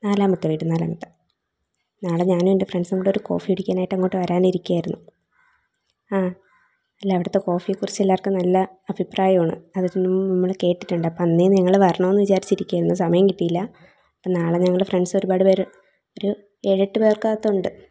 നാലാമത്തെ വീട് നാലാമത്തെ നാളെ ഞാനും എൻ്റെ ഫ്രണ്ട്സും കൂടെ ഒരു കോഫി കുടിക്കാനായിട്ട് അങ്ങോട്ട് വരാനിരിക്കുകയായിരുന്നു ആ അല്ല അവിടത്തെ കോഫിയെ കുറിച്ച് എല്ലാവർക്കും നല്ല അഭിപ്രായമാണ് അതിനു മുൻപ് നമ്മൾ കേട്ടിട്ടുണ്ട് അന്നേ ഞങ്ങൾ വരണമെന്ന് വിചാരിച്ചിരിക്കുകയായിരുന്നു സമയം കിട്ടിയില്ല അപ്പോൾ നാളെ ഞങ്ങൾ ഫ്രണ്ട്സ് ഒരുപാട് പേർ ഒരു ഏഴെട്ട് പേർക്ക് അകത്തുണ്ട്